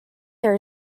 there